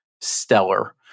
stellar